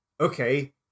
okay